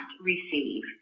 receive